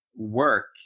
Work